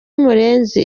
murenzi